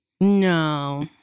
No